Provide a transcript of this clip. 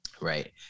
Right